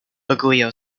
baguio